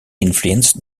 influenced